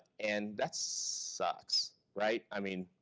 and that sucks, right? i mean,